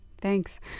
Thanks